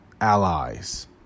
allies